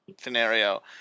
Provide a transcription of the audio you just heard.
scenario